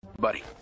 Buddy